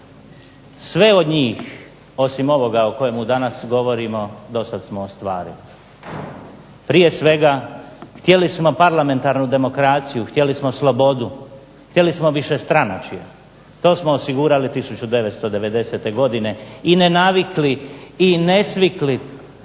Sve od njih, osim ovoga o kojemu danas govorimo, dosad smo ostvarili. Prije svega htjeli smo parlamentarnu demokraciju, htjeli smo slobodu, htjeli smo višestranačje. To smo osigurali 1990. godine i ne navikli i ne svikli